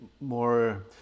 more